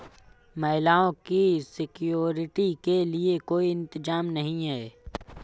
महिलाओं की सिक्योरिटी के लिए कोई इंतजाम नहीं है